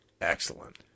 Excellent